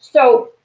so,